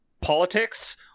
politics